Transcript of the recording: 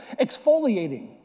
exfoliating